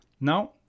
Now